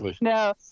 no